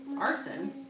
Arson